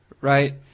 right